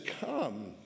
come